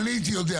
אם אני הייתי יודע,